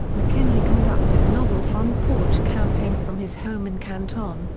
mckinley conducted a novel front porch campaign from his home in canton,